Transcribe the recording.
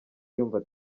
yumva